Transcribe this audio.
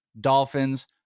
Dolphins